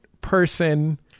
person